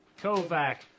Kovac